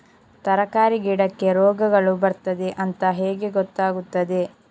ತರಕಾರಿ ಗಿಡಕ್ಕೆ ರೋಗಗಳು ಬರ್ತದೆ ಅಂತ ಹೇಗೆ ಗೊತ್ತಾಗುತ್ತದೆ?